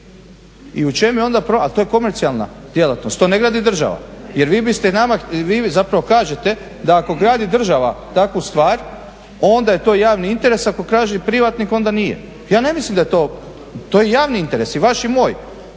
I u čem je onda problem? Ali to je komercijalna djelatnost, to ne gradi država. Jer vi biste nama, vi zapravo kažete da ako gradi država takvu stvar onda je to javni interes, ako kaže privatnik onda nije. Ja ne mislim da je to, to je javni interes i vaš i moj